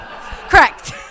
Correct